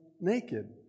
naked